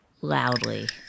loudly